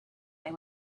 they